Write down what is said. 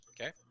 Okay